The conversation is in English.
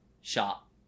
shop